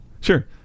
Sure